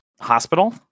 hospital